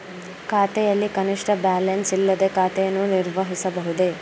ಖಾತೆಯಲ್ಲಿ ಕನಿಷ್ಠ ಬ್ಯಾಲೆನ್ಸ್ ಇಲ್ಲದೆ ಖಾತೆಯನ್ನು ನಿರ್ವಹಿಸಬಹುದೇ?